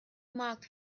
marked